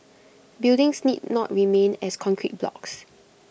buildings need not remain as concrete blocks